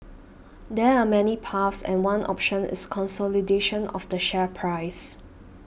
there are many paths and one option is consolidation of the share price